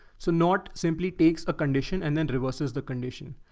so not simply takes a condition and then reverses the condition.